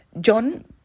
John